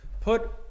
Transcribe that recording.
put